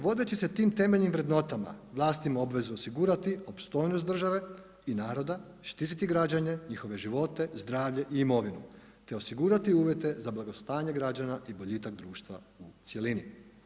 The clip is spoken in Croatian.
Vodeći se tim temeljnim vrednotama, vlastima obvezno osigurati opstojnost države i naroda, štititi građane, njihove živote, zdravlje i imovinu te osigurati uvjete za blagostanje građana i boljitak društva u cjelini.